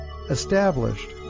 Established